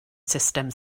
sustem